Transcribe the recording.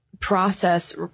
process